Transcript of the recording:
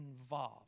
involved